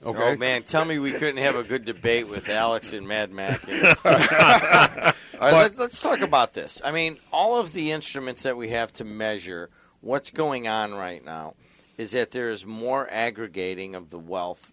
oh man tell me we didn't have a good debate with alex in mad max let's talk about this i mean all of the instruments that we have to measure what's going on right now is that there is more aggregating of the wealth